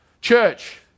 church